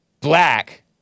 Black